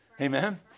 Amen